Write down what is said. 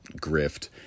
grift